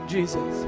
Jesus